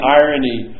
irony